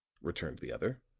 returned the other.